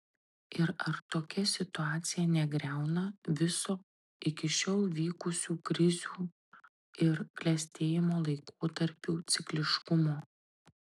ir ar tokia situacija negriauna viso iki šiol vykusių krizių ir klestėjimo laikotarpių cikliškumo